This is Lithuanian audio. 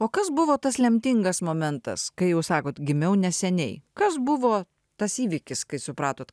o kas buvo tas lemtingas momentas kai jūs sakot gimiau neseniai kas buvo tas įvykis kai supratot